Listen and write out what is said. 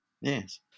Yes